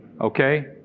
Okay